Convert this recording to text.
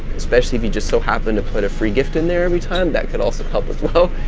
especially if you just so happen to put a free gift in there every time that could also help as well,